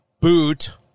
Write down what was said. boot